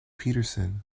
peterson